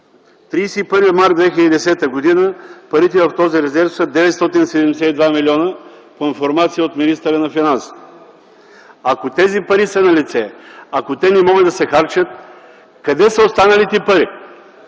31 март 2010 г. парите в този резерв са 972 милиона по информация от министъра на финансите. Ако тези пари са налице, ако те не могат да се харчат, къде са останалите пари